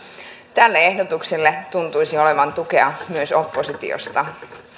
tälle ehdotukselle tuntuisi olevan tukea myös oppositiosta